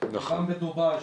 גם בדובאי,